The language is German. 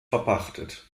verpachtet